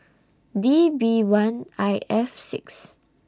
D B one I F six